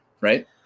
right